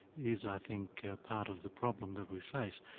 is i think, part of the problem that we face.